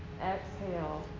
exhale